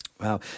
Wow